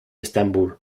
estambul